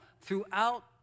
throughout